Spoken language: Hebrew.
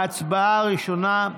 ההצבעה הראשונה,